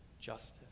justice